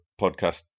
podcast